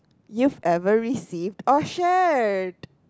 you've ever received or shared